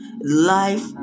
Life